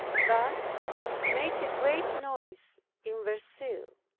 that made a great noise in verceil.